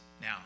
Now